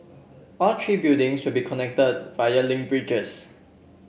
all three buildings will be connected via link bridges